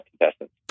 contestants